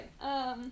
Okay